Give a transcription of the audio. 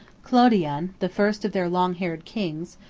clodion, the first of their long-haired kings,